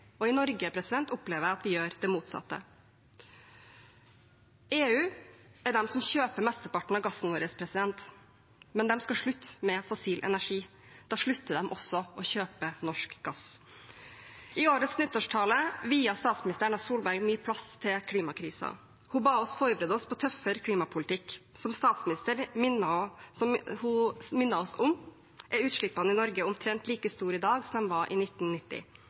I Norge opplever jeg at vi gjør det motsatte. Det er EU som kjøper mesteparten av gassen vår. Men de skal slutte med fossil energi. Da slutter de også å kjøpe norsk gass. I fjorårets nyttårstale viet statsminister Erna Solberg mye plass til klimakrisen. Hun ba oss forberede oss på tøffere klimapolitikk. Som statsminister minnet hun oss om at utslippene i Norge er omtrent like store i dag som de var i 1990.